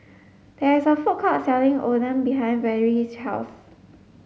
there is a food court selling Oden behind Vennie's house